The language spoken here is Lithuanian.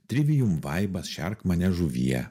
trivijum vaibas šerk mane žuvie